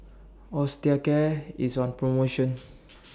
Osteocare IS on promotion